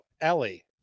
Ellie